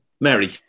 Mary